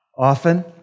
Often